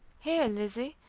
here, lizzie,